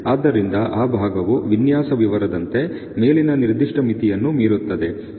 ಆದ್ದರಿಂದ ಆ ಭಾಗವು ವಿನ್ಯಾಸ ವಿವರದಂತೆಮೇಲಿನ ನಿರ್ದಿಷ್ಟ ಮಿತಿಯನ್ನು ಮೀರುತ್ತದೆ